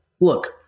look